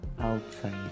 outside